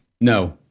No